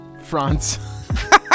France